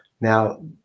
Now